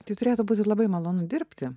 tai turėtų būti labai malonu dirbti